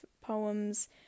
poems